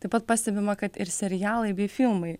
taip pat pastebima kad ir serialai bei filmai